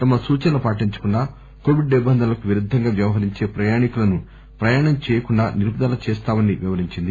తమ సూచనలు పాటించకుండా కోవిడ్ నిబంధనలకు విరుద్దంగా వ్యవహరించే ప్రయాణికులను ప్రయాణం చేయకుండా నిలుపుదల చేస్తామని వివరించింది